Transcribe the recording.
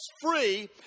free